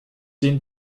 den